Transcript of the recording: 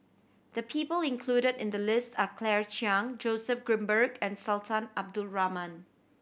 the people included in the list are Claire Chiang Joseph Grimberg and Sultan Abdul Rahman